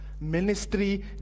ministry